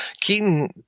Keaton –